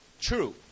true